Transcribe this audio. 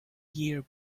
year